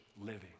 living